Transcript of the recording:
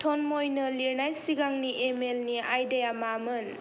टनमयनो लिरनाय सिगांनि इमेइलनि आयदाया मामोन